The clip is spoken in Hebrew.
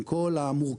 עם כל המורכבות